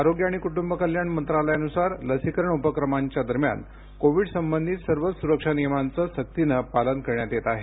आरोप्य आणि कुटुंब कल्याण मंतालयानुसार लसीकरण उपक्रमांप्या दरम्यान कोविडसंबची सर्व सुरका निव्मांप सकीन पालन करण्यात येत आहे